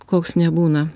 koks nebūna